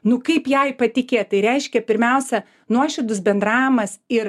nu kaip jai patikėt tai reiškia pirmiausia nuoširdus bendravimas ir